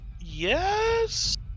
Yes